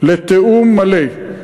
לתיאום מלא.